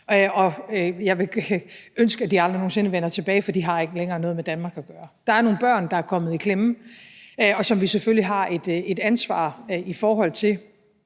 og jeg vil ønske, at de aldrig nogen sinde vender tilbage, for de har ikke længere noget med Danmark at gøre. Der er nogle børn, der er kommet i klemme, og som vi selvfølgelig har et ansvar i forhold til.